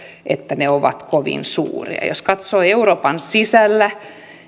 että ne ovat kovin suuria jos katsoo euroopan sisällä